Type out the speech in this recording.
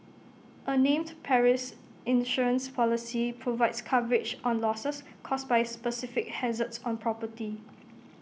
A named Perils Insurance Policy provides coverage on losses caused by specific hazards on property